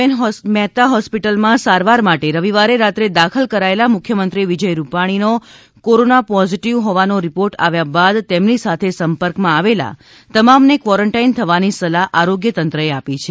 N Mehta હોસ્પિટલમાં સારવાર માટે રવિવારે રાત્રે દાખલ કરાયેલા મુખ્યમંત્રી વિજય રૂપાણી કોરોના પોઝિટિવ હોવાનો રિપોર્ટ આવ્યા બાદ તેમની સાથે સંપર્કમાં આવેલા તમામને ક્વોરેંન્ટાઈન થવાની સલાહ આરોગ્ય તંત્રએ આપી છે